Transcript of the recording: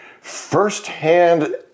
firsthand